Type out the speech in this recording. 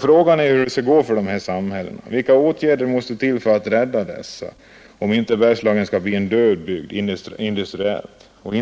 Frågan är hur det skall gå för dessa samhällen, och vilka åtgärder som måste till för att inte Bergslagen skall bli en död bygd industriellt sett och,